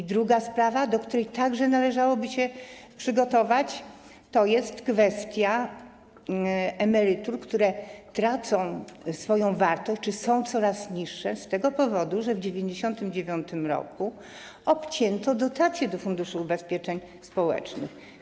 I druga sprawa, do której także należałoby się przygotować, to kwestia emerytur, które tracą swoją wartość czy są coraz niższe z tego powodu, że w 1999 r. obcięto dotacje do Funduszu Ubezpieczeń Społecznych.